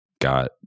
got